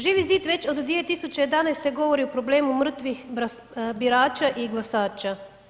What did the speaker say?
Živi zid već od 2011. govori o problemu mrtvih birača i glasača.